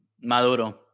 Maduro